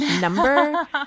number